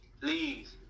Please